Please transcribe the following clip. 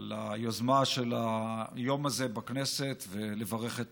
על היוזמה של היום הזה בכנסת ולברך את